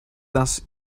dass